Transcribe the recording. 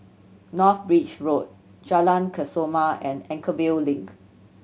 North Bridge Road Jalan Kesoma and Anchorvale Link